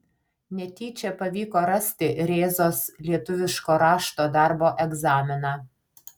netyčia pavyko rasti rėzos lietuviško rašto darbo egzaminą